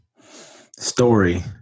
story